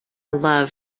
love